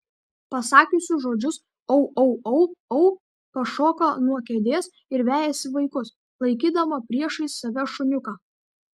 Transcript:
pasakiusi žodžius au au au au pašoka nuo kėdės ir vejasi vaikus laikydama priešais save šuniuką